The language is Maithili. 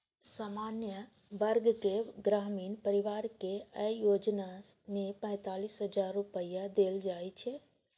सामान्य वर्गक ग्रामीण परिवार कें अय योजना मे पैंतालिस हजार रुपैया देल जाइ छै